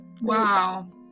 Wow